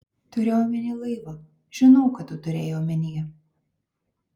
turėjau omenyje laivą žinau ką tu turėjai omenyje